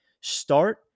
Start